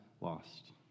lost